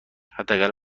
حداقل